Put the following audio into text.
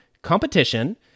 Competition